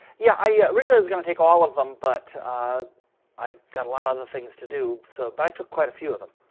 yeah, i yeah originally was going to take all of them. but ah i got a lot of other things to do. so but i took quite a few of them.